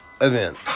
event